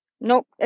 Nope